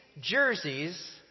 jerseys